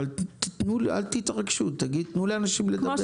תנו לה, אל תתרגשו, תנו לאנשים לדבר.